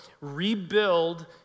rebuild